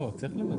לא, צריך למזג.